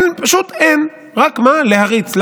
אין, פשוט אין, רק מה, להריץ.